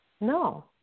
No